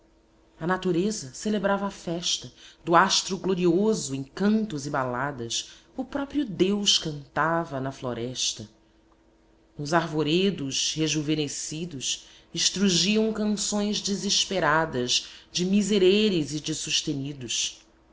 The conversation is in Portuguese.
a natureza celebrava a festa do astro glorioso em cantos e baladas o próprio deus cantava na floresta nos arvoredos rejuvenescidos estrugiam canções desesperadas de misereres e de sustenidos